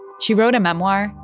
she wrote a memoir,